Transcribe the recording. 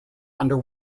under